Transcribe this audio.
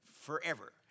forever